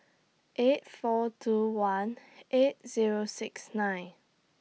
eight four two one eight Zero six nine